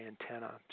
antenna